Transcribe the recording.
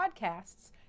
podcasts